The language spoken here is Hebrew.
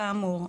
כאמור,